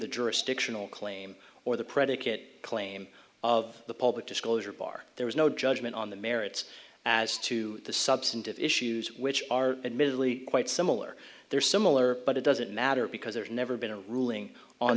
the jurisdictional claim or the predicate claim of the public disclosure bar there was no judgment on the merits as to the substantive issues which are admittedly quite similar they're similar but it doesn't matter because there's never been a ruling on